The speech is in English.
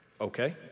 Okay